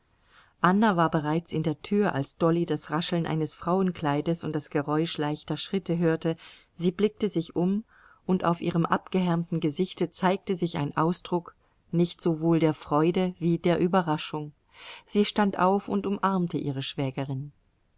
anna war bereits in der tür als dolly das rascheln eines frauenkleides und das geräusch leichter schritte hörte sie blickte sich um und auf ihrem abgehärmten gesichte zeigte sich ein ausdruck nicht sowohl der freude wie der überraschung sie stand auf und umarmte ihre schwägerin